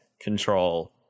control